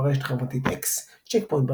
ברשת החברתית אקס צ'ק פוינט,